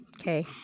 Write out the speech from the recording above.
Okay